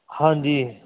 ਹਾਂਜੀ